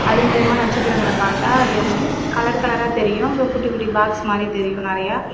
அது மூலியமா நட்சத்திரங்கள் பார்த்தா அது கலர் கலராக தெரியும் அப்புறம் குட்டி குட்டி பாக்ஸ் மாதிரி தெரியும் நிறையா